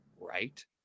Right